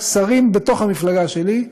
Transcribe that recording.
שרים בתוך המפלגה שלי,